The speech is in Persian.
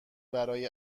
برای